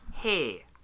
hey